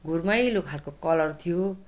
घुरमैलो खाले कलर थियो